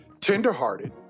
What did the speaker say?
tenderhearted